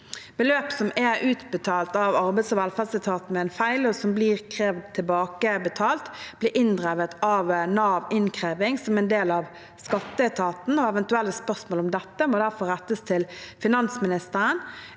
Beløp som er utbetalt av arbeids- og velferdsetaten ved en feil, og som blir krevd tilbakebetalt, blir inndrevet av Nav innkreving, som er en del av skatteetaten. Eventuelle spørsmål om dette må derfor rettes til finansministeren.